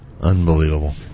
Unbelievable